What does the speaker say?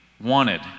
wanted